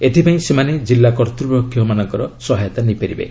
ଏଥିପାଇଁ ସେମାନେ କିଲ୍ଲା କର୍ତ୍ତୃପକ୍ଷମାନଙ୍କର ସହାୟତା ନେଇପାରିବେ